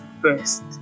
first